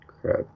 Crap